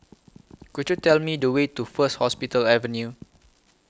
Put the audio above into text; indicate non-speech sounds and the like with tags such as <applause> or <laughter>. <noise> Could YOU Tell Me The Way to First Hospital Avenue